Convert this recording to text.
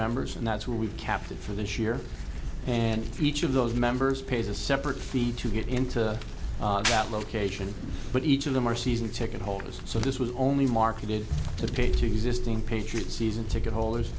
members and that's where we've kept it for this year and each of those members pays a separate fee to get into that location but each of them are season ticket holders so this was only marketed to pay to use this team patriot season ticket holders